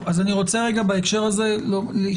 אז אני רוצה רגע בהקשר הזה לשאול,